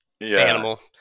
animal